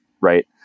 Right